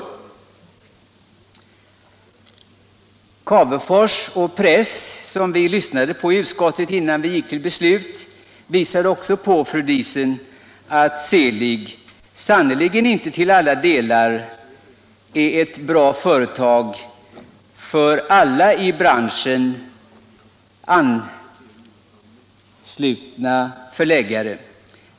Cavefors och Press, som vi lyssnade på i utskottet innan vi gick till beslut, upplyste också om, fru Diesen, att Seelig sannerligen inte till alla delar är ett bra företag för alla till branschen anslutna förläggare.